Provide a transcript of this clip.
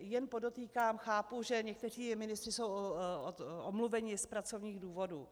Jen podotýkám, chápu, že někteří ministři jsou omluveni z pracovních důvodů.